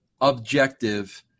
objective